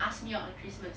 ask me out on christmas